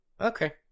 okay